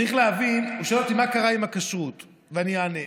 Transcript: שואל אותי מה קרה עם הכשרות, ואני אענה.